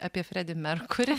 apie fredį merkurį